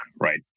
right